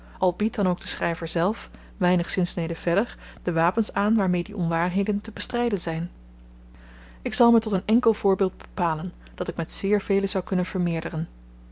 al biedt dan ook de schryver zelf weinig zinsneden verder de wapens aan waarmee die onwaarheden te bestryden zyn ik zal me tot een enkel voorbeeld bepalen dat ik met zeer velen zou kunnen vermeerderen